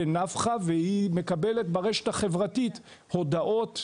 נפחא והיא מקבלת ברשת החברתית הודעות,